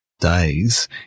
days